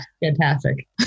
fantastic